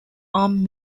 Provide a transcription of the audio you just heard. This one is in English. arm